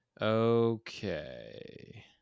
Okay